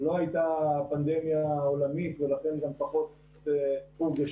לא הייתה פנדמיה עולמית ולכן גם פחות הורגשה,